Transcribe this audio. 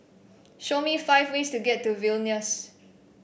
show me five ways to get to Vilnius